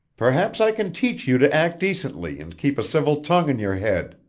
perhaps i can teach you to act decently and keep a civil tongue in your head!